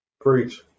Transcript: Preach